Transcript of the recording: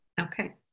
Okay